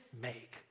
make